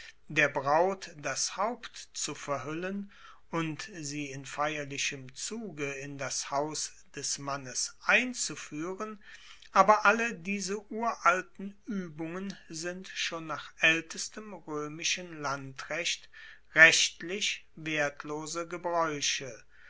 der braut das haupt zu verhuellen und sie in feierlichem zuge in das haus des mannes einzufuehren aber alle diese uralten uebungen sind schon nach aeltestem roemischen landrecht rechtlich wertlose gebraeuche